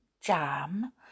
jam